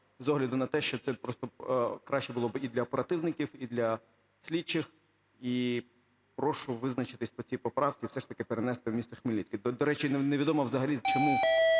з огляду на те, що це просто краще було б і для оперативників, і для слідчих. І прошу визначитися по цій поправці і все ж таки перенести в місто Хмельницький. До речі, невідомо взагалі, чому